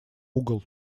угол